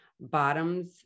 Bottoms